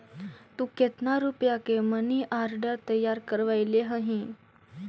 तु केतन रुपया के मनी आर्डर तैयार करवैले हहिं?